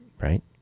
Right